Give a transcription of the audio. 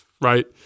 right